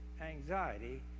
Anxiety